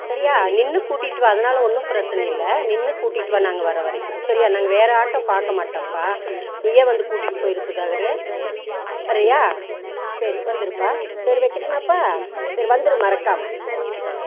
சரியா நின்று கூட்டிகிட்டு வா அதனால ஒன்றும் பிரச்சினை இல்லை நின்று கூட்டிகிட்டு வா நாங்கள் வர வரைக்கும் சரியா நாங்கள் வேற ஆட்டோ பார்க்க மாட்டோம்பா நீயே வந்து கூட்டிகிட்டு போயிடு சுதாகரு வரியா சரி வந்துருப்பா சரி வைக்கட்டும்மாப்பா சரி வந்துடு மறக்காமல் ஆ